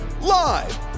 live